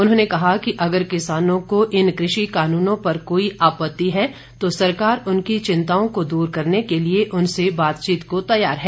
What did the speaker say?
उन्होंने कहा कि अगर किसानों को इन कानूनों पर कोई आपत्ति है तो सरकार उनकी चिंताओं को दूर करने के लिए उनसे बातचीत करने को तैयार है